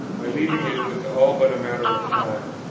my leaving it was all but a matter of time.